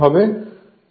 তার পর কি হবে